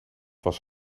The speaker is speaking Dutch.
was